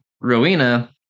Rowena